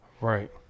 Right